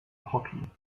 hockey